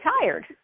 tired